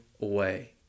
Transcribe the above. away